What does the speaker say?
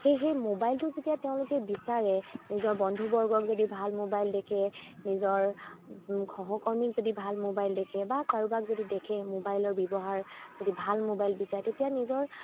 সেয়েহে মোবাইলটো যেতিয়া তেওঁলোকে বিচাৰে নিজৰ বন্ধুবৰ্গক যদি ভাল মোবাইল দেখে নিজৰ সহকৰ্মীক যদি ভাল মোবাইল দেখে বা কাৰোবাক যদি দেখে মোবাইলৰ ব্যৱহাৰ যদি ভাল মোবাইল বিচাৰে তেতিয়া নিজৰ